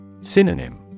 Synonym